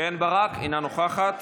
אינה נוכחת,